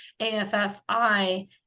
affi